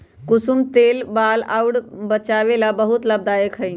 कुसुम तेल बाल अउर वचा ला बहुते लाभदायक हई